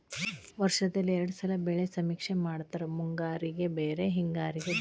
ವರ್ಷದಲ್ಲಿ ಎರ್ಡ್ ಸಲಾ ಬೆಳೆ ಸಮೇಕ್ಷೆ ಮಾಡತಾರ ಮುಂಗಾರಿಗೆ ಬ್ಯಾರೆ ಹಿಂಗಾರಿಗೆ ಬ್ಯಾರೆ